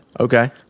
okay